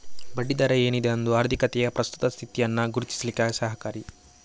ಬಡ್ಡಿ ದರ ಏನಿದೆ ಅದು ಆರ್ಥಿಕತೆಯ ಪ್ರಸ್ತುತ ಸ್ಥಿತಿಯನ್ನ ಗುರುತಿಸ್ಲಿಕ್ಕೆ ಸಹಕಾರಿ